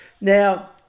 Now